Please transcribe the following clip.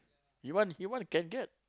you want he want can get